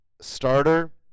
starter